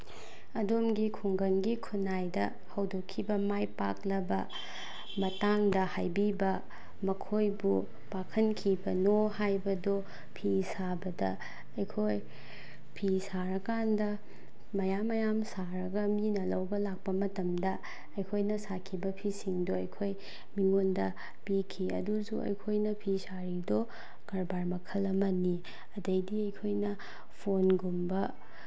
ꯑꯗꯣꯝꯒꯤ ꯈꯨꯡꯒꯪꯒꯤ ꯈꯨꯟꯅꯥꯏꯗ ꯍꯧꯗꯣꯛꯈꯤꯕ ꯃꯥꯏ ꯄꯥꯛꯂꯕ ꯃꯇꯥꯡꯗ ꯍꯥꯏꯕꯤꯕ ꯃꯈꯣꯏꯕꯨ ꯄꯥꯛꯍꯟꯈꯤꯕꯅꯣ ꯍꯥꯏꯕꯗꯨ ꯐꯤ ꯁꯥꯕꯗ ꯑꯩꯈꯣꯏ ꯐꯤ ꯁꯥꯔꯀꯥꯟꯗ ꯃꯌꯥꯝ ꯃꯌꯥꯝ ꯁꯥꯔꯒ ꯃꯤꯅ ꯂꯧꯕ ꯂꯥꯛꯄ ꯃꯇꯝꯗ ꯑꯩꯈꯣꯏꯅ ꯁꯥꯈꯤꯕ ꯐꯤꯁꯤꯡꯗꯨ ꯑꯩꯈꯣꯏ ꯃꯤꯉꯣꯟꯗ ꯄꯤꯈꯤ ꯑꯗꯨꯁꯨ ꯑꯩꯈꯣꯏꯅ ꯐꯤ ꯁꯥꯔꯤꯗꯣ ꯀꯔꯕꯥꯔ ꯃꯈꯜ ꯑꯃꯅꯤ ꯑꯗꯒꯤꯗꯤ ꯑꯩꯈꯣꯏꯅ ꯐꯣꯟꯒꯨꯝꯕ